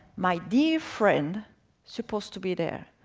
my dear friend supposed to be there,